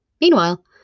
Meanwhile